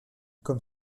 comme